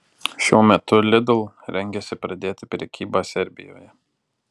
šiuo metu lidl rengiasi pradėti prekybą serbijoje